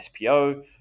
SPO